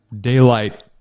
daylight